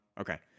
Okay